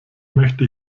möchte